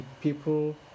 people